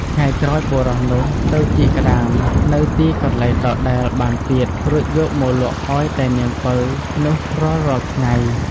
ថ្ងៃក្រោយបុរសនោះទៅជីកក្ដាមនៅទីកន្លែងដដែលបានទៀត រួចយកមកលក់ឲ្យតែនាងពៅនោះរាល់ៗថ្ងៃ។